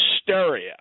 hysteria